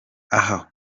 aha